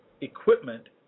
equipment